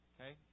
okay